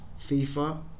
FIFA